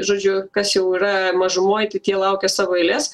žodžiu kas jau yra mažumoj tai tie laukia savo eilės